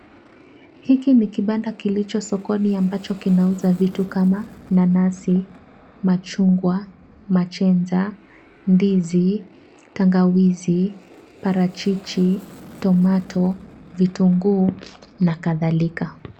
Hiki ni kibanda kilicho sokoni kinachouza vitu kama nanasi, machungwa, machenza, ndizi, tangawizi, parachichi, tomato ,vitunguu na kadhalika.